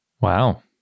Wow